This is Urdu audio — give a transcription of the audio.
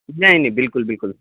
نہیں نہیں بالکل بالکل